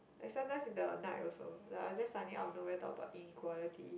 and sometimes in the night also like I'll just suddenly out of nowhere talk about inequality